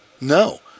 No